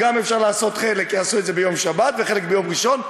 חלק יעשו את זה בשבת וחלק ביום ראשון.